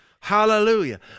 Hallelujah